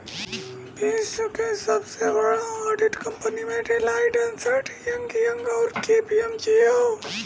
विश्व क सबसे बड़ा ऑडिट कंपनी में डेलॉयट, अन्सर्ट एंड यंग, आउर के.पी.एम.जी हौ